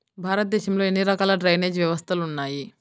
భారతదేశంలో ఎన్ని రకాల డ్రైనేజ్ వ్యవస్థలు ఉన్నాయి?